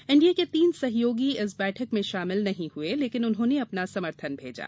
NDA के तीन सहयोगी इस बैठक में शामिल नहीं हुए लेकिन उन्होंने अपना समर्थन भेजा